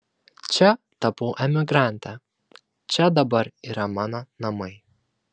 čia tapau emigrante čia dabar yra mano namai